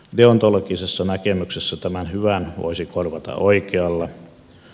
deontologisessa näkemyksessä tämän hyvän voisi korvata oikealla